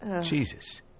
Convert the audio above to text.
Jesus